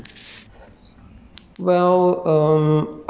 跳舞这些 loh yep